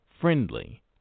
friendly